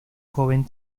joven